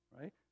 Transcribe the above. right